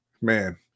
Man